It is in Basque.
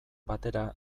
batera